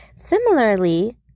similarly